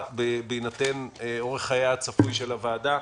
בהינתן אורך חייה הצפוי של הוועדה,